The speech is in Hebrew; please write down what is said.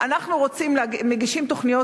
אנחנו מגישים תוכניות,